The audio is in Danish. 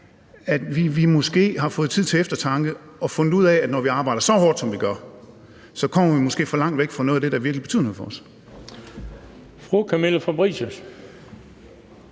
at vi måske har fået tid til eftertanke og fundet ud af, at når vi arbejder så hårdt, som vi gør, kommer vi måske for langt væk fra noget af det, der virkelig betyder noget for os.